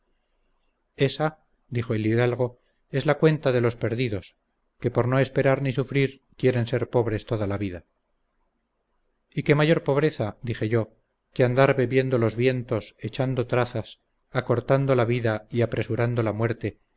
esa dijo el hidalgo es la cuenta de los perdidos que por no esperar ni sufrir quieren ser pobres toda la vida y qué mayor pobreza dije yo que andar bebiendo los vientos echando trazas acortando la vida y apresurando la muerte